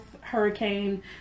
hurricane